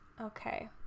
Okay